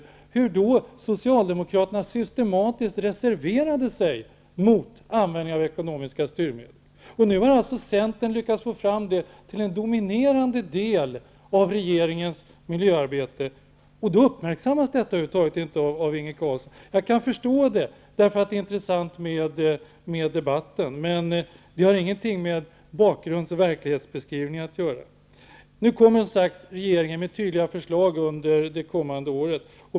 Då reserverade sig Socialdemokraterna systematiskt mot användningen av ekonomiska styrmedel. Nu har Centern lyckats få fram det till en dominerade del av regeringens miljöarbete. Då uppmärksammas detta över huvud taget inte av Inge Carlsson. Jag kan förstå det eftersom det är intressant med debatten, men det har ingenting med bakgrunds och verklighetsbeskrivningen att göra. Nu kommer regeringen med tydliga förslag under det kommande året.